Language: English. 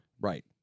Right